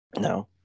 No